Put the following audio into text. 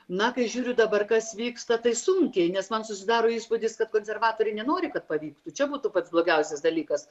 na kai žiūriu dabar kas vyksta tai sunkiai nes man susidaro įspūdis kad konservatoriai nenori kad pavyktų čia būtų pats blogiausias dalykas